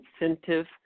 incentive